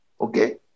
Okay